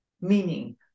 meaning